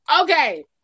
Okay